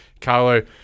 Carlo